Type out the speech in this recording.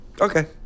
Okay